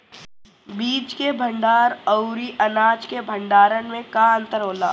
बीज के भंडार औरी अनाज के भंडारन में का अंतर होला?